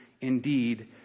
indeed